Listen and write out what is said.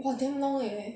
!wah! damn long eh